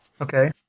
Okay